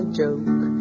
joke